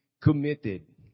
Committed